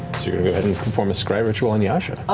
to and and perform a scry ritual on yasha.